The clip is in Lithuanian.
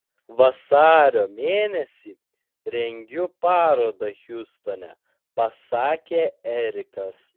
vasario mėnesį rengiu parodą hjustone pasakė erikas